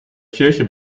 kirche